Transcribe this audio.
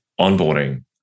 onboarding